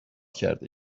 کرده